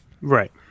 Right